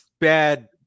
bad –